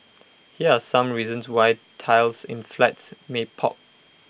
here are some reasons why tiles in flats may pop